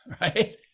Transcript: right